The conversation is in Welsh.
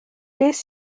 beth